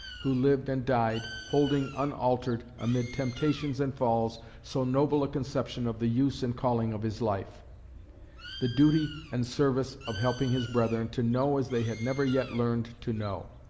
who lived and died, holding unaltered, amid temptations and falls, so noble a conception of the use and calling of his life the duty and service of helping his brethren to know as they had never yet learned to know.